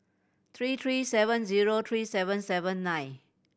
three three seven zero three seven seven nine